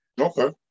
Okay